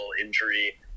injury